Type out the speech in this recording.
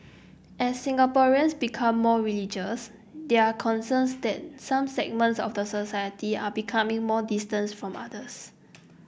as Singaporeans become more religious there are concerns that some segments of society are becoming more distant from others